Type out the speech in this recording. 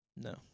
No